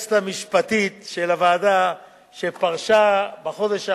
היועצת המשפטית של הוועדה שפרשה בחודש האחרון,